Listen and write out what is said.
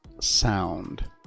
sound